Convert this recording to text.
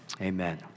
amen